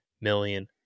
million